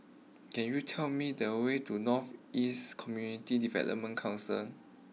can you tell me the way to North East Community Development Council